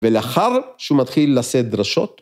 ‫ולאחר שהוא מתחיל לשאת דרשות...